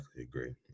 agree